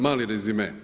Mali rezime.